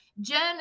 Jen